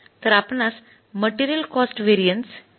तर आपणास material cost variance किती ते मोजता येईल